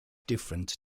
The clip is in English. different